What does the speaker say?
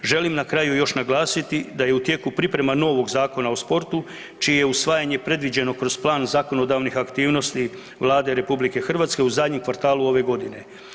Želim na kraju još naglasiti da je u tijeku priprema novog Zakona o sportu, čije je usvajanje predviđeno kroz plan zakonodavnih aktivnosti Vlade Republike Hrvatske u zadnjem kvartalu ove godine.